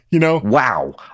Wow